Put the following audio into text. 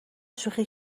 شوخی